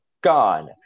gone